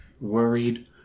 Worried